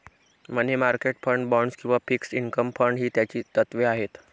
मनी market fund, bonds किंवा fixed income fund ही त्याची तत्त्वे आहेत